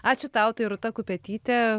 ačiū tau tai rūta kupetytė